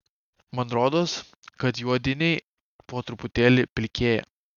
man rodos kad juodiniai po truputėlį pilkėja